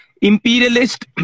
imperialist